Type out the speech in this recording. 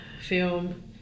film